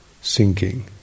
sinking